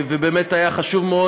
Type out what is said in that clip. ובאמת היה חשוב מאוד,